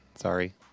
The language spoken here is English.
Sorry